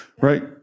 right